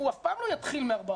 הוא אף פעם לא יתחיל מ-400.